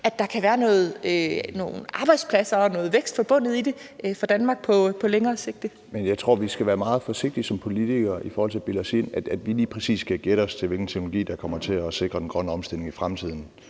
at der kan være nogle arbejdspladser og noget vækst forbundet med det for Danmark på længere sigt. Kl. 13:13 Alex Vanopslagh (LA): Jeg tror, vi skal være meget forsigtige som politikere med at bilde os ind, at vi skal gætte os til, lige præcis hvilken teknologi der kommer til at sikre den grønne omstilling i fremtiden.